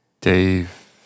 Dave